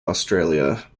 australia